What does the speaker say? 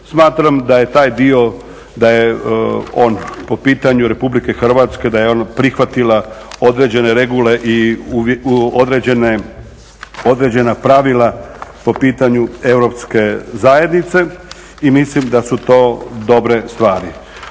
Smatram da je taj dio po pitanju Republike Hrvatske da je ona prihvatila određene regule i određena pravila po pitanju Europske zajednice i mislim da su to dobre stvari.